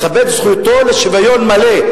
לכבד זכותו לשוויון מלא,